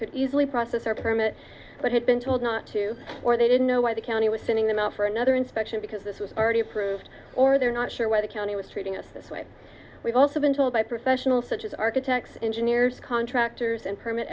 could easily process our permit but had been told not to or they didn't know why the county was sending them out for another inspection because this was already approved or they're not sure where the county was treating us this way we've also been told by professionals such as architects engineers contractors and permit